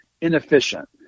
inefficient